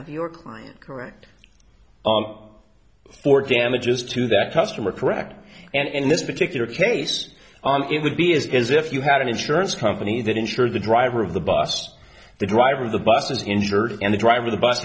of your client correct for damages to that customer correct and in this particular case it would be is if you had an insurance company that insured the driver of the bus the driver of the bus is injured and the driver the bus